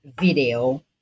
video